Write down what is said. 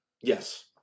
Yes